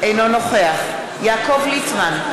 אינו נוכח יעקב ליצמן,